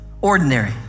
Ordinary